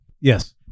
Yes